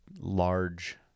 large